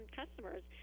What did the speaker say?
customers